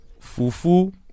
Fufu